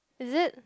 is it